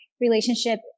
relationship